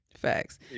Facts